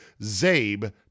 ZABE